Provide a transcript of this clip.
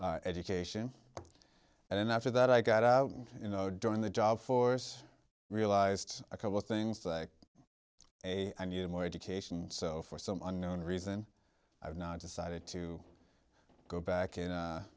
education and then after that i got out and you know doing the job force realized a couple things like a i needed more education so for some unknown reason i've now decided to go back